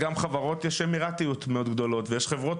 יש חברות אמירתיות מאוד גדולות ויש חברות